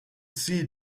see